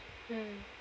mmhmm